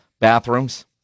bathrooms